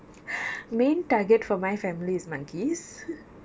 main target for my family is monkeys